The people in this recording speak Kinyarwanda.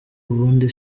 ubundi